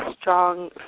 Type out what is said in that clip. strong